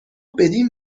بدین